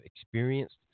experienced